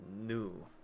new